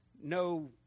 no